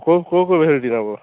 କେଉଁ କେଉଁ କେଉଁ ଭେରାଇଟି ନେବ